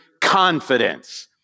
Confidence